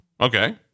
Okay